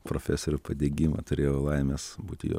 profesorių padegimą turėjau laimės būti jo